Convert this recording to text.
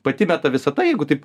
pati meta visata jeigu taip